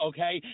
Okay